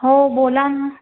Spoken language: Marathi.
हो बोला ना